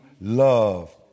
love